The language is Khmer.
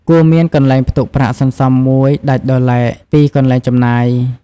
គួរមានកន្លែងផ្ទុកប្រាក់សន្សំមួយដាច់ដោយឡែកពីកន្លែងចំណាយ។